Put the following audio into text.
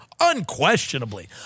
Unquestionably